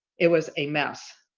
it was a mess.